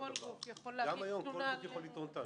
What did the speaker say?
גם היום כל גוף יכול להביא טענות.